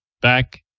back